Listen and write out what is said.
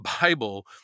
Bible